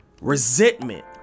Resentment